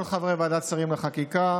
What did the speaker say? כל חברי ועדת שרים לחקיקה,